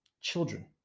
children